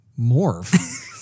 Morph